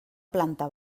planta